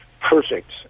perfect